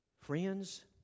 Friends